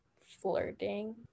flirting